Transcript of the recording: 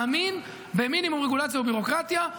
מאמין במינימום רגולציה וביורוקרטיה,